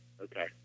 Okay